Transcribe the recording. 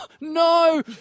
no